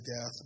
death